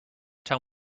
tell